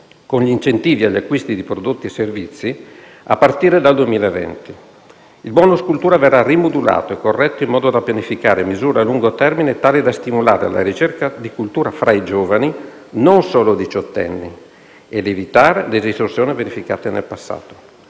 con incentivi agli acquisti di prodotti e servizi, a partire dal 2020. Il *bonus* cultura verrà rimodulato e corretto in modo da pianificare misure a lungo termine tali da stimolare la ricerca di cultura fra i giovani, non solo diciottenni, ed evitare le distorsioni verificatesi nel passato.